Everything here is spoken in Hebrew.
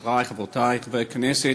חברי, חברותי חברי הכנסת,